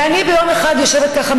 ואני יום אחד יושבת ככה,